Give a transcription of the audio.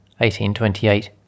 1828